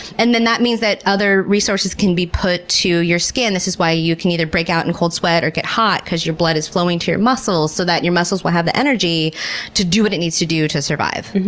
and that means that other resources can be put to your skin. this is why you can either break out in a cold sweat or get hot, because your blood is flowing to your muscles so that your muscles will have the energy to do what it needs to do to survive.